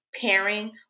pairing